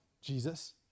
Jesus